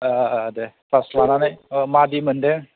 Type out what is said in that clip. दे class लानानै माबादि मोनदों